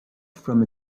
from